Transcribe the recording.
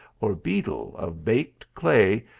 or beetle, of baked clay,